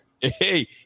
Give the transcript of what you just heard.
hey